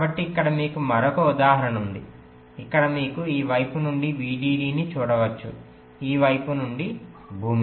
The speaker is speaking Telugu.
కాబట్టి ఇక్కడ మీకు మరొక ఉదాహరణ ఉంది ఇక్కడ మీరు ఈ వైపు నుండి VDD ని చూడవచ్చు ఈ వైపు నుండి భూమి